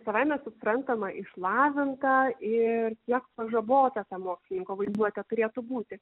savaime suprantama išlavinta ir kiek pažabota ta mokslininko vaizduotė turėtų būti